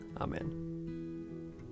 Amen